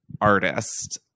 artist –